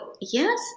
yes